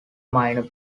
minor